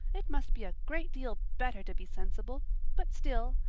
it must be a great deal better to be sensible but still,